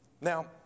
Now